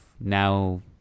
now